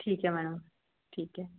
ਠੀਕ ਹੈ ਮੈਡਮ ਠੀਕ ਹੈ